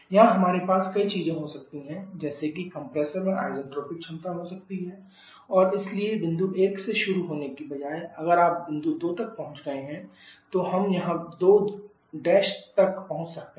यहां हमारे पास कई चीजें हो सकती हैं जैसे कि कंप्रेसर में आइसनटॉपिक क्षमता हो सकती है और इसलिए बिंदु 1 से शुरू होने के बजाय अगर आप बिंदु 2 तक पहुंच गए हैं तो हम यहां 2' तक पहुंच सकते हैं